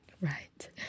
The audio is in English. right